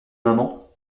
maman